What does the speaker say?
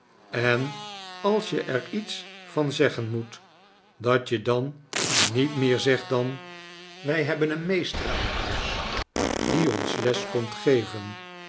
en als je er iets van zeggen moet dat je dan niet meer zegt dan wij hebben een meester aan huis die ons les komt geven